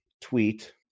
tweet